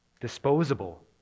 disposable